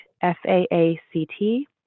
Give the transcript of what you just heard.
F-A-A-C-T